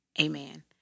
Amen